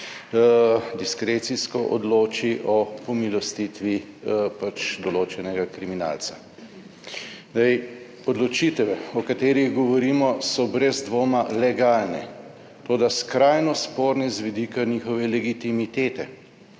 diskrecijsko odloči o pomilostitvi pač določenega kriminalca. Zdaj, odločitve, o katerih govorimo, so brez dvoma legalne, toda skrajno sporne z vidika njihove legitimitete,